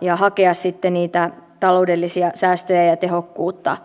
ja hakemaan niitä taloudellisia säästöjä ja ja tehokkuutta